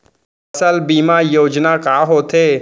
फसल बीमा योजना का होथे?